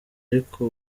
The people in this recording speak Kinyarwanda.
ariko